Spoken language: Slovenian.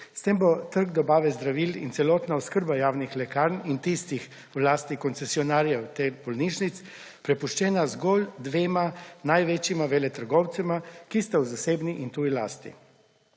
S tem bo trg dobave zdravil in celotna oskrba javnih lekarn in tistih v lasti koncesionarjev, teh bolnišnic, prepuščena zgolj dvema največjima veletrgovcema, ki sta v zasebni in tuji lasti.